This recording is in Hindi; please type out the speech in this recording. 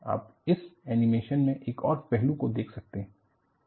आप इस एनिमेशन में एक और पहलू को देख सकते हैं